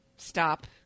stop